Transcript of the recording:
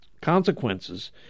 consequences